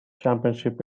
championship